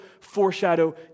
foreshadow